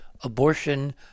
abortion